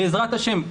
בעזרת השם,